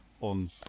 on